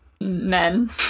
Men